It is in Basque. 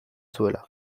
zuela